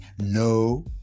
No